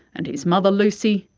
and his mother lucy,